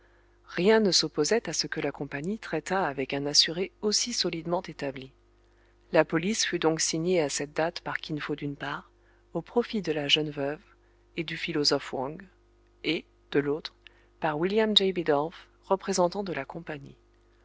rien ne s'opposait à ce que la compagnie traitât avec un assuré aussi solidement établi la police fut donc signée à cette date par kin fo d'une part au profit de la jeune veuve et du philosophe wang et de l'autre par william j bidulph représentant de la compagnie